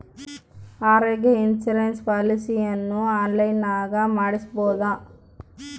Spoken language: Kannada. ಆರೋಗ್ಯ ಇನ್ಸುರೆನ್ಸ್ ಪಾಲಿಸಿಯನ್ನು ಆನ್ಲೈನಿನಾಗ ಮಾಡಿಸ್ಬೋದ?